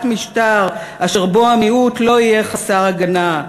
משטר אשר בו המיעוט לא יהיה חסר הגנה.